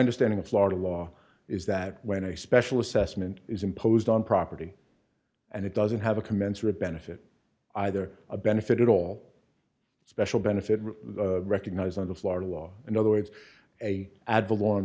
understanding of florida law is that when a special assessment is imposed on property and it doesn't have a commensurate benefit either a benefit at all special benefit recognized under florida law in other words a adelong